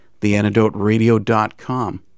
theantidoteradio.com